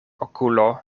okulo